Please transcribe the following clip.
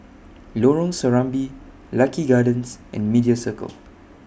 Lorong Serambi Lucky Gardens and Media Circle